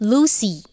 Lucy